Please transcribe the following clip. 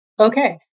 Okay